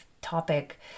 topic